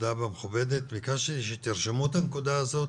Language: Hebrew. הנכבדה והמכובדת, ביקשתי שתרשמו את הנקודה הזאת.